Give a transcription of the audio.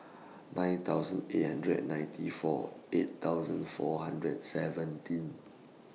nine thousand eight hundred and ninety four eight thousand four hundred and seventeen